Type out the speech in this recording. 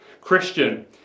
Christian